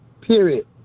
Period